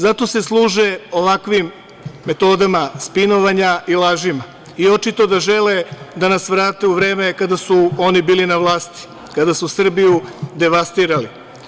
Zato se služe ovakvim metodama spinovanja i lažima i očito da žele da nas vrate u vreme kada su oni bili na vlasti, kada su Srbiju devastirali.